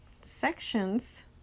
sections